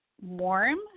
warm